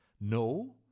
No